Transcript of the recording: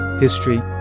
history